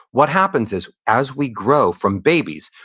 what happens is, as we grow from babies,